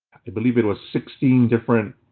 i believe it was, sixteen different